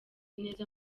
neza